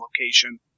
location